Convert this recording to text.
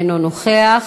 אינו נוכח,